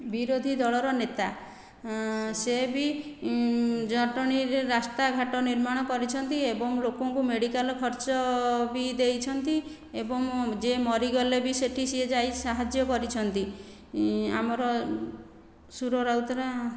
ବିରୋଧୀ ଦଳର ନେତା ସେ ବି ଜଟଣୀରେ ରାସ୍ତାଘାଟ ନିର୍ମାଣ କରିଛନ୍ତି ଏବଂ ଲୋକଙ୍କୁ ମେଡ଼ିକାଲ ଖର୍ଚ୍ଚ ବି ଦେଇଛନ୍ତି ଏବଂ ଯିଏ ମରିଗଲେ ବି ସେଠି ସିଏ ଯାଇ ସାହାଯ୍ୟ କରିଛନ୍ତି ଆମର ସୁର ରାଉତରାୟ